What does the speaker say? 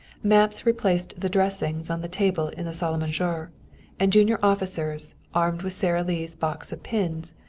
maps replaced the dressings on the table in the salle a manger, and junior officers, armed with sara lee's box of pins,